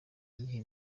iyihe